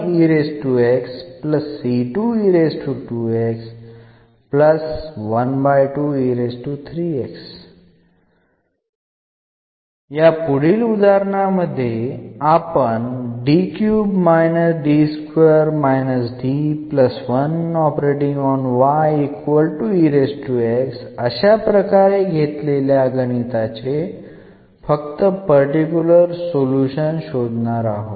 അടുത്ത പ്രോബ്ലത്തിൽ എന്ന ഡിഫറൻഷ്യൽ സമവാക്യത്തിന്റെ പർട്ടിക്കുലർ സൊലൂഷൻ നമുക്ക് കാണാം